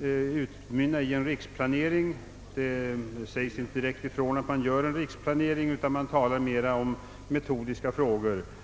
utmynna i en riksplanering. Det sägs inte direkt ifrån att man skall göra en riksplanering, utan det talas mera om metodikfrågor.